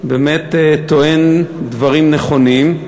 באמת טוען דברים נכונים,